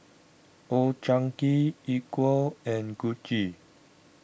Old Chang Kee Equal and Gucci